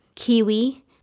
kiwi